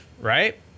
right